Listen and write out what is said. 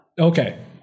Okay